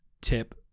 tip